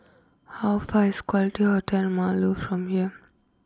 how far is quality Hotel Marlow from here